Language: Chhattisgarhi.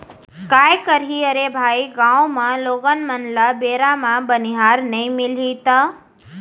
काय करही अरे भाई गॉंव म लोगन मन ल बेरा म बनिहार नइ मिलही त